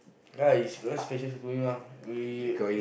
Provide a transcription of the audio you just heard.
right it's special to follow you ah we